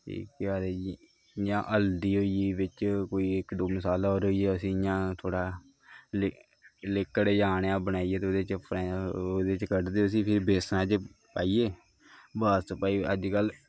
फ्ही केह् आखदे जियां हल्दी होई गेई बिच्च कोई इक दो मसाला होर होई गेआ उसी इयां थोह्ड़ा लिक्कड़ जेहा बनाइयै ते ओह्दे च कड्ढदे फिर उसी बेसनै च पाइयै बस भाई अज्जकल